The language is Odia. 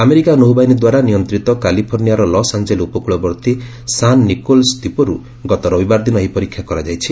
ଆମେରିକା ନୌବାହିନୀ ଦ୍ୱାରା ନିୟନ୍ତ୍ରିତ କାଲିଫର୍ଷିଆର ଲସ୍ଆଞ୍ଜେଲ୍ ଉପକୂଳବର୍ତ୍ତୀ ସାନ ନିକୋଲାସ ଦ୍ୱୀପର ଗତ ରବିବାର ଦିନ ଏହି ପରୀକ୍ଷା କରାଯାଇଛି